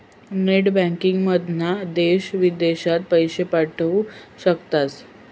net बँकिंगमधना देश विदेशात पैशे पाठवू शकतास